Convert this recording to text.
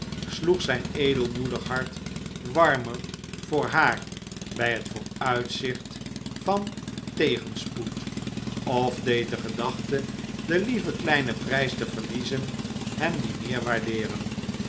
sloeg zijn edelmoedig hart warmer voor haar bij het vooruitzicht van tegenspoed of deed de gedachte den lieven kleinen prijs te verliezen hem dien meer waardeeren